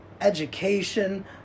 education